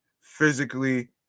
physically